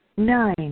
Nine